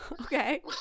okay